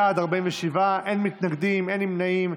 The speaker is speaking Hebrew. בעד, 47, אין מתנגדים, אין נמנעים.